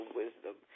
wisdom